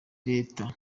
reta